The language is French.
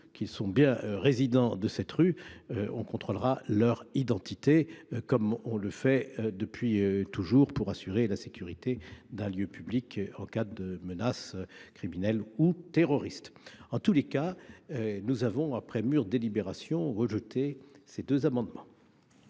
qu'ils sont bien résidents de cette rue, on contrôlera alors leur identité, comme on le fait depuis toujours pour assurer la sécurité d'un lieu public en cas de menaces criminelles ou terroristes. En tout état de cause, après mûre délibération, la commission a émis